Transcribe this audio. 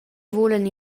vulan